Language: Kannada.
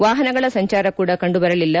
ವಾಹನಗಳ ಸಂಚಾರ ಕೂಡ ಕಂಡುಬರಲಿಲ್ಲ